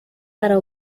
para